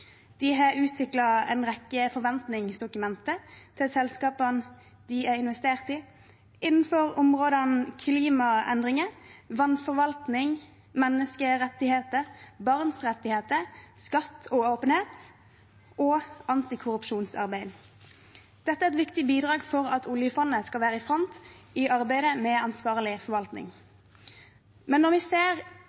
De har utviklet en rekke forventningsdokumenter til selskapene de har investert i, innenfor områdene klimaendringer, vannforvaltning, menneskerettigheter, barns rettigheter, skatt og åpenhet og antikorrupsjonsarbeid. Dette er et viktig bidrag for at oljefondet skal være i front i arbeidet med ansvarlig forvaltning. Men nå ser vi